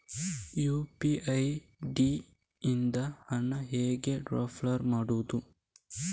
UPI ID ಇಂದ ಹಣ ಹೇಗೆ ಟ್ರಾನ್ಸ್ಫರ್ ಮಾಡುದು?